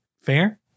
Fair